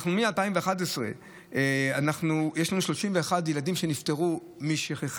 מ-2011 יש לנו 31 ילדים שנפטרו משכחה